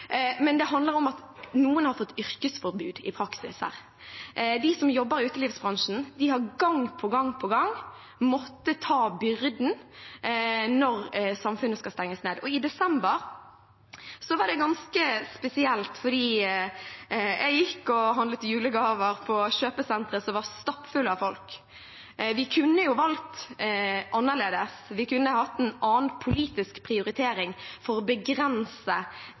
men det handler om at noen i praksis har fått yrkesforbud her. De som jobber i utelivsbransjen, har gang på gang på gang måttet ta byrden når samfunnet skal stenges ned. Og i desember var det ganske spesielt, for jeg gikk og handlet julegaver på kjøpesentre som var stappfulle av folk. Vi kunne valgt annerledes, vi kunne hatt en annen politisk prioritering for å begrense